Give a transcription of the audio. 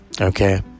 Okay